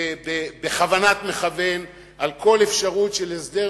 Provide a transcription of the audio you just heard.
בכוונת מכוון על כל אפשרות של הסדר